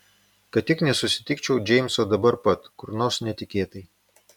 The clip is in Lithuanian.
kad tik nesusitikčiau džeimso dabar pat kur nors netikėtai